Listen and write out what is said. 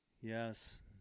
Yes